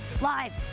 live